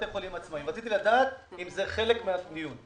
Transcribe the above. רציתי לדעת אם זה חלק מהדיון.